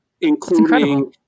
including